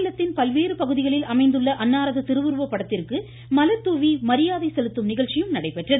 மாநிலத்தின் பல்வேறு பகுதிகளில் அமைந்துள்ள அன்னாரது திருவுருவ படத்திற்கு மலர்தூவி மரியாதை செலுத்தும் நிகழ்ச்சி நடைபெற்றது